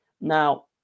Now